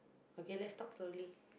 okay let's talk slowly